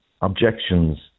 objections